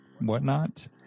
whatnot